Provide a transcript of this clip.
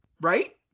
Right